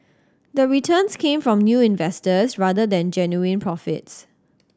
the returns came from new investors rather than genuine profits